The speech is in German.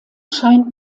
scheint